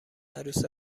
عروس